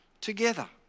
together